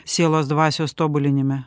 sielos dvasios tobulinime